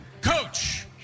Coach